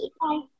Bye